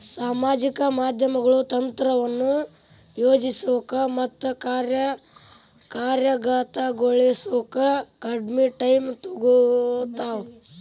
ಸಾಮಾಜಿಕ ಮಾಧ್ಯಮಗಳು ತಂತ್ರವನ್ನ ಯೋಜಿಸೋಕ ಮತ್ತ ಕಾರ್ಯಗತಗೊಳಿಸೋಕ ಕಡ್ಮಿ ಟೈಮ್ ತೊಗೊತಾವ